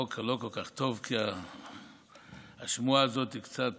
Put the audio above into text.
בוקר לא כל כך טוב, כי השמועה הזאת קצת